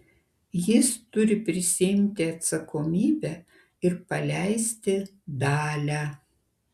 jis turi prisiimti atsakomybę ir paleisti dalią